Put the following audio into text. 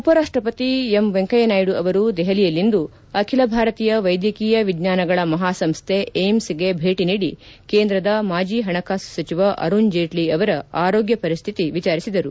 ಉಪರಾಷ್ಟಪತಿ ಎಂ ವೆಂಕಯ್ಥನಾಯ್ಡು ಅವರು ದೆಹಲಿಯಲ್ಲಿಂದು ಅಖಿಲ ಭಾರತೀಯ ವೈದ್ಯಕೀಯ ವಿಜ್ಞಾನಗಳ ಮಹಾ ಸಂಸ್ಥೆ ಎಐಐಎಂಎಸ್ಗೆ ಭೇಟಿ ನೀಡಿ ಕೇಂದ್ರದ ಮಾಜಿ ಹಣಕಾಸು ಸಚಿವ ಅರುಣ್ ಜೇಟ್ಲ ಅವರ ಆರೋಗ್ಟ ಪರಿಸ್ಥಿತಿ ವಿಚಾರಿಸಿದರು